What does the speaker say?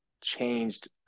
changed